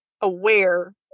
aware